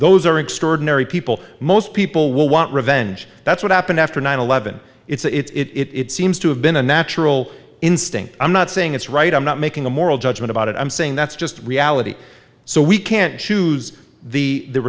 those are extraordinary people most people will want revenge that's what happened after nine eleven it's it seems to have been a natural instinct i'm not saying it's right i'm not making a moral judgement about it i'm saying that's just reality so we can choose the